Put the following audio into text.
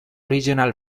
regional